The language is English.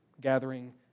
gathering